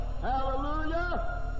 Hallelujah